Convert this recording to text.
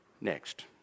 Next